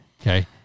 Okay